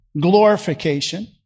glorification